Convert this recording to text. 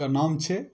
के नाम छै